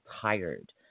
tired